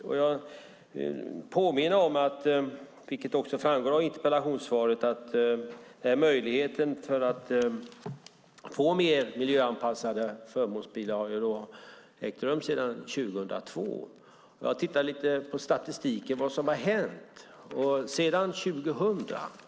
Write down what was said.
Jag vill påminna om, vilket också framgår av interpellationssvaret, att möjligheten att få mer miljöanpassade förmånsbilar har funnits sedan 2002. Jag har tittat lite på statistiken över vad som har hänt.